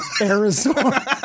Arizona